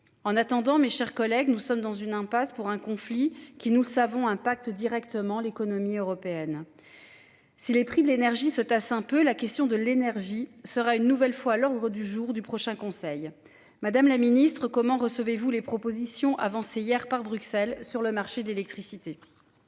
En attendant, mes chers collègues, nous sommes dans une impasse pour un conflit qui nous savons impacte directement l'économie européenne. Si les prix de l'énergie se tasse un peu la question de l'énergie sera une nouvelle fois à l'ordre du jour du prochain conseil Madame la Ministre comment recevez-vous les propositions avancées hier par Bruxelles sur le marché de l'électricité.